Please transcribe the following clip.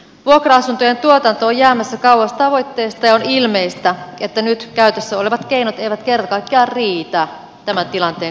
vuokra asuntojen tuotanto on jäämässä kauas tavoitteesta ja on ilmeistä että nyt käytössä olevat keinot eivät kerta kaikkiaan riitä tämän tilanteen korjaamiseen